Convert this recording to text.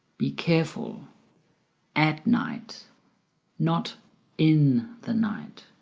be careful at night not in the night